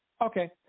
Okay